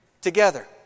together